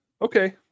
okay